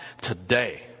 today